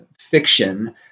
fiction